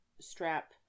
strap